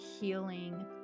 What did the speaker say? healing